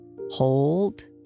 Hold